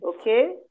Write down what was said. Okay